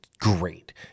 Great